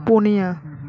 ᱯᱳᱱᱭᱟ